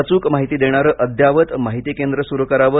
अचूक माहिती देणारे अद्यावत माहिती केंद्र सुरु करावे